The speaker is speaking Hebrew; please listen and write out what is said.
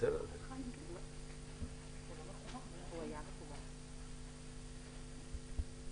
אציג בפניכם מצגת קצרה